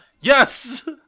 Yes